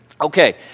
Okay